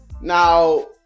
now